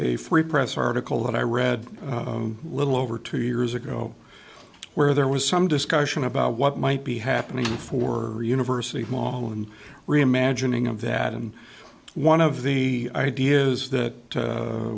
a free press article that i read a little over two years ago where there was some discussion about what might be happening for university mall and reimagining of that and one of the ideas that